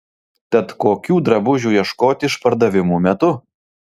tad kokių drabužių ieškoti išpardavimų metu